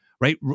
right